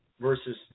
versus